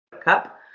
cup